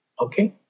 okay